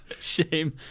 shame